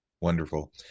Wonderful